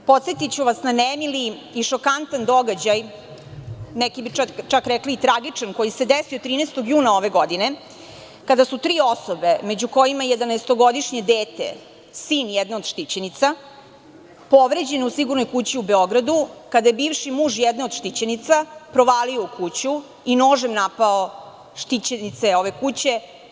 Podsetiću na nemili i šokantan događaj, neki bi čak rekli, tragičan koji se desio 13. juna ove godine, a kada su tri osobe, među kojima i jedanaestogodišnje dete, sin jedne od štićenica, povređene u sigurnoj kući u Beogradu kada je bivši muž jedne od štićenica provalio u kuću i nožem napao štićenice ove kuće.